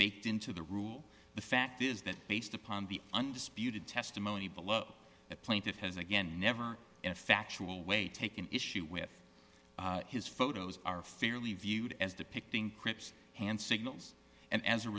baked into the rule the fact is that based upon the undisputed testimony below that plaintiff has again never in a factual way taken issue with his photos are fairly viewed as depicting cripps hand signals and as a